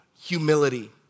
Humility